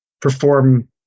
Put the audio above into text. perform